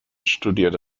studierte